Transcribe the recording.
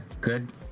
good